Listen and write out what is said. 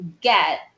get